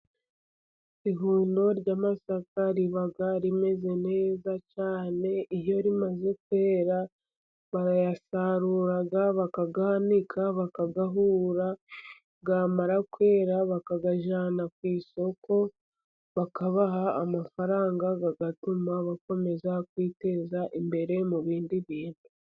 Ihundo ry’amasaka riba rimeze neza cyane iyo rimaze kwera. Barayasarura, bakayanika, bakayahura. Yamara kwera, bakayajyana ku isoko, bakabaha amafaranga, agatuma bakomeza kwiteza imbere mu bindi bintu.